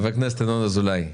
חבר הכנסת ינון אזולאי,